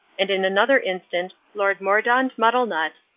and in another instant lord mordaunt muddlenut,